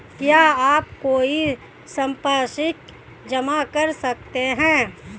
क्या आप कोई संपार्श्विक जमा कर सकते हैं?